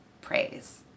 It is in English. praise